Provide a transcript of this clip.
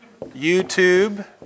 YouTube